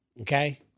Okay